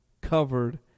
covered